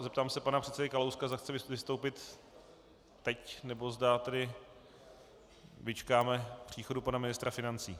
Zeptám se pana předsedy Kalouska, zda chce vystoupit teď, nebo zda tedy vyčkáme příchodu pana ministra financí.